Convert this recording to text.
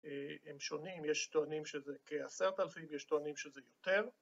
‫הם שונים, יש טוענים שזה כ-10,000, ‫יש טוענים שזה יותר.